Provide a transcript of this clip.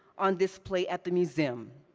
on display at the museum.